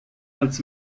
als